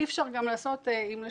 אי אפשר גם לשאלתך,